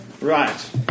Right